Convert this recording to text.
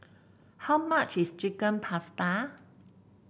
how much is Chicken Pasta